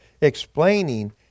explaining